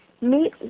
meet